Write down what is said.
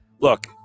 look